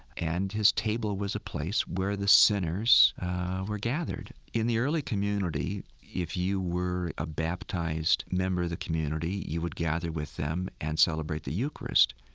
and his table was a place where the sinners were gathered. in the early community, if you were a baptized member of the community, you would gather with them and celebrate the eucharist,